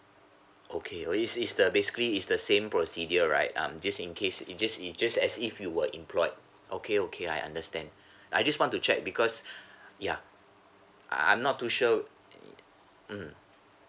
okay oh is is the basically is the same procedure right um just in case it just it just as if you were employed okay okay I understand I just want to check because yeah I I'm not too sure mm